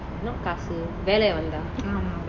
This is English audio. not காசு வெல்ல வந்த:kaasu vella vantha